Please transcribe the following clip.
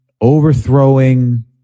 overthrowing